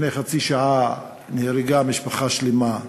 לפני חצי שעה נהרגה משפחה שלמה,